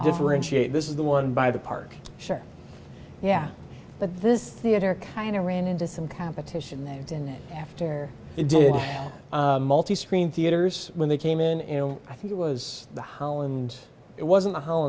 differentiate this is the one by the park sure yeah but this theater kind of ran into some competition there and then after it did multi screen theaters when they came in i think it was the holland it wasn't a hol